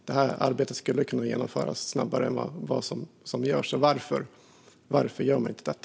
Detta arbete skulle kunna genomföras snabbare än vad som sker. Varför gör man inte det?